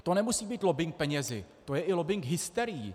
To nemusí být lobbing penězi, to je i lobbing hysterií.